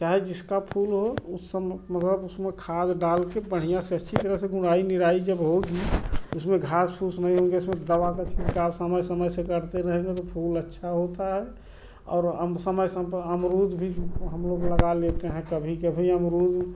चाहे जिसका फूल हो ओ सब मतलब उसमें खाद डालकर के बढ़िया से अच्छी तरह से गुनाई निराई जब होगी उसमें घास फूस नहीं होंगे उसमें दवा का छिरकाव समय समय से करते रहेंगे तो फूल अच्छा होता है और अम समय सम प अमरुद भी हम लोग लगा लेते हैं कभी कभी अमरुद